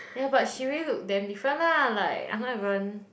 yeah but she really look damn different lah like I'm not even